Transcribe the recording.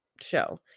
show